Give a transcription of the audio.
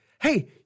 hey